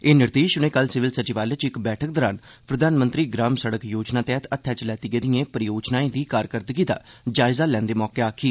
एह् निर्देश उनें कल सिविल सचिवालय च इक बैठक दरान प्रधानमंत्री ग्राम सड़क योजना तैह्त हत्थै च लैती गेदिएं परियोजनाएं दी कारकरदगी दा जायजा लैंदे मौके आक्खी